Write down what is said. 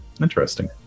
interesting